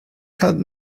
had